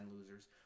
losers